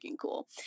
cool